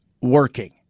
working